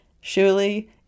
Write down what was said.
Surely